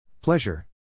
Pleasure